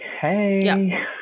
hey